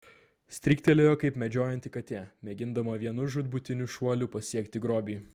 stryktelėjo kaip medžiojanti katė mėgindama vienu žūtbūtiniu šuoliu pasiekti grobį